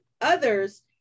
others